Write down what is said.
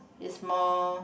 is more